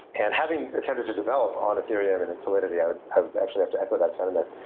and having attempted to develop on ethereum and its solidity i would have actually have to echo that sentiment.